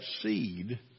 seed